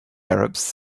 arabs